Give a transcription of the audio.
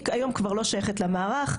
היא היום כבר לא שייכת למערך,